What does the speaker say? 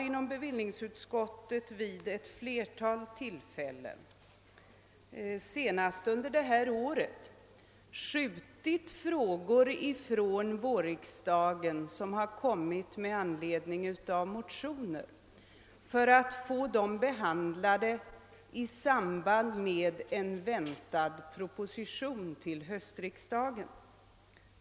Inom bevillningsutskottet har vi vid ett flertal tillfällen — senast under detta år — skjutit på handläggningen av motioner från vårriksdagen för att få dem behandlade i samband med en väntad proposition till höstriksdagen.